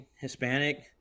Hispanic